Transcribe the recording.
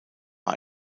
war